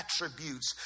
attributes